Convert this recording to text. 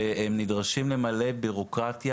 שהם נדרשים למלא בירוקרטיה